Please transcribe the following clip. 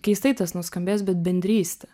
keistai tas nuskambės bet bendrystė